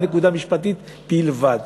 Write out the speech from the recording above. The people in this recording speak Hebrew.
על נקודה משפטית בלבד.